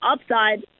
upside